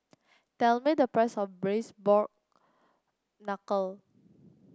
tell me the price of Braised Pork Knuckle